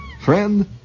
friend